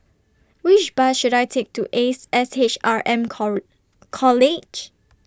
Which Bus should I Take to Ace S H R M core College